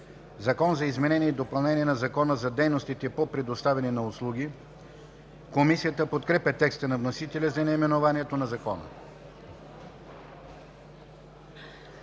„Закон за изменение и допълнение на Закона за дейностите по предоставяне на услуги“.“ Комисията подкрепя текста на вносителя за наименованието на Закона.